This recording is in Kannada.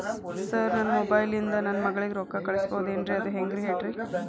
ಸರ್ ನನ್ನ ಮೊಬೈಲ್ ಇಂದ ನನ್ನ ಮಗಳಿಗೆ ರೊಕ್ಕಾ ಕಳಿಸಬಹುದೇನ್ರಿ ಅದು ಹೆಂಗ್ ಹೇಳ್ರಿ